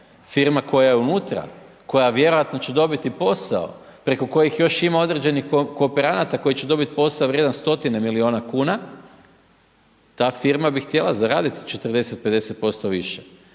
Firma koja je unutra, koja vjerojatno će dobiti posao, preko kojih još ima određenih kooperanta koji će dobiti posao vrijedan 100 milijuna kuna, ta firma bi htjela zaraditi 40, 50% više.